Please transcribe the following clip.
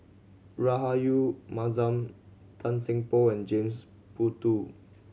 Rahayu Mahzam Tan Seng Poh and James Puthucheary